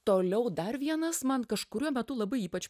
toliau dar vienas man kažkuriuo metu labai ypač